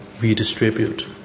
redistribute